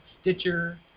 Stitcher